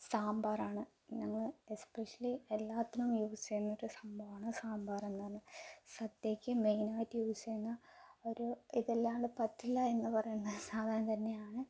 സാമ്പാറാണ് ഞങ്ങൾ എസ്പെഷ്യലി എല്ലാത്തിനും യൂസ് ചെയ്യുന്നൊരു സംഭവമാണ് സാമ്പാറെന്നു പറഞ്ഞാൽ സദ്യയ്ക്ക് മെയിനായിട്ട് യൂസ് ചെയ്യുന്ന ഒരു ഇതില്ലാണ്ട് പറ്റില്ല എന്ന് പറയുന്ന സാധനം തന്നെയാണ്